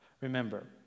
Remember